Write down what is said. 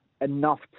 enough